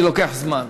אני לוקח זמן.